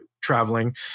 traveling